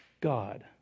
God